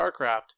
StarCraft